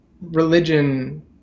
religion